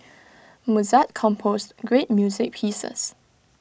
Mozart composed great music pieces